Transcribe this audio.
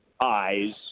eyes